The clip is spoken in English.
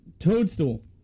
Toadstool